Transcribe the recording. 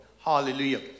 Hallelujah